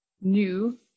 new